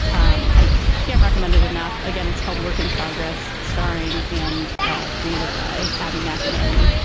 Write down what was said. um i can't recommend it enough. again, it's called work in progress, starring and ah created by abby mcenany.